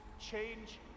change